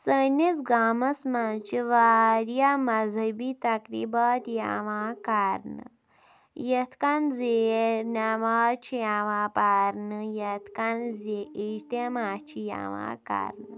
سٲنِس گامَس منٛز چھِ واریاہ مَذہبی تقریٖبات یِوان کَرنہٕ یِتھ کٔنۍ زِ نٮ۪ماز چھِ یِوان پَرنہٕ یِتھ کٔنۍ زِ اجتماع چھِ یِوان کَرنہٕ